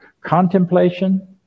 contemplation